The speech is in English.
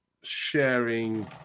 sharing